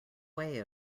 way